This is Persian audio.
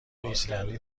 ایسلندی